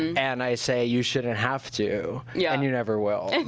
and i say, you shouldn't have to, yeah and you never will.